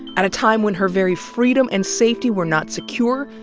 at a time when her very freedom and safety were not secure,